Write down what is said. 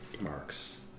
marks